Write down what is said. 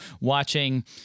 watching